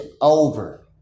over